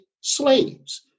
slaves